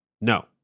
no